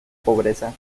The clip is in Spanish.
pobreza